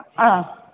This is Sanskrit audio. आ